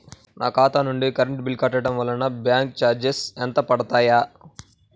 నా ఖాతా నుండి కరెంట్ బిల్ కట్టడం వలన బ్యాంకు చార్జెస్ ఎంత పడతాయా?